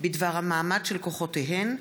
בדבר המעמד של כוחותיהן,